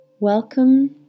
Welcome